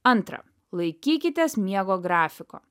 antra laikykitės miego grafiko